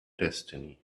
destiny